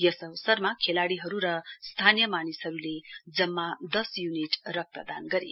यस अवसरमा खेलाड़ीहरू र स्थानीय मानिसहरूले जम्मा दस य्निट रक्त दान गरे